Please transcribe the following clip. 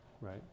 right